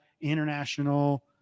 international